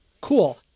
Cool